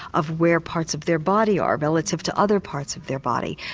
of where parts of their body are relative to other parts of their body.